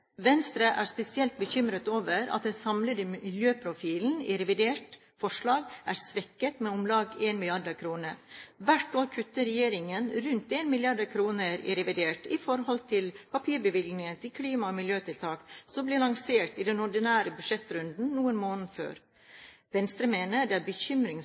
Venstre er spesielt bekymret over at den samlede miljøprofilen etter forslaget til revidert nasjonalbudsjett er svekket med om lag 1 mrd. kr. Hvert år kutter regjeringen rundt 1 mrd. kr i revidert nasjonalbudsjett i forhold til «papirbevilgningen» til klima- og miljøtiltak, som blir lansert i den ordinære budsjettrunden noen måneder før. Venstre mener det er